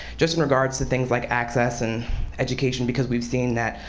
just in regards to things like access and education. because we've seen that,